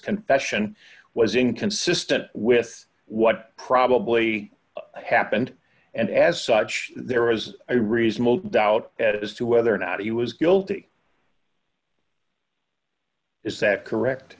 confession was inconsistent with what probably happened and as such there was a reasonable doubt as to whether or not he was guilty is that correct